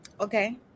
Okay